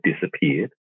disappeared